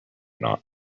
not